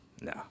No